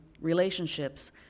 relationships